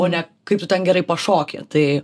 o ne kaip tu ten gerai pašoki tai